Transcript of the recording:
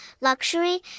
luxury